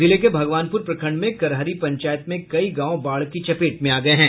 जिले के भगवानपुर प्रखंड में करहरी पंचायत में कई गांवों बाढ़ की चपेट में आ गये हैं